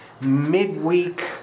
midweek